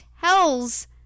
tells